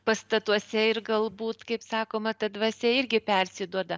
pastatuose ir galbūt kaip sakoma ta dvasia irgi persiduoda